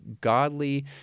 godly